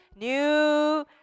New